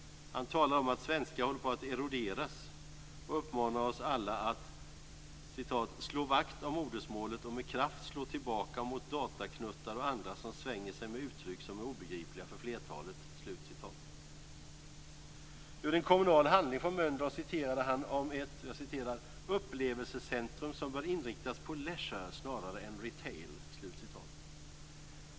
Han talar om att svenska håller på att eroderas och uppmanar oss alla att "slå vakt om modersmålet och med kraft slå tillbaka mot dataknuttar och andra som svänger sig med uttryck som är obegripliga för flertalet". Ur en kommunal handling från Mölndal citerade han om ett "upplevelsecentrum, som bör inriktas på leisure snarare än retail".